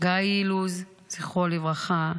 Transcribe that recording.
גיא אילוז, זכרו לברכה,